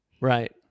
Right